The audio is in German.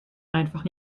einfach